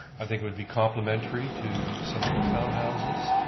i think it would be complementary to some of the townhouses,